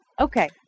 Okay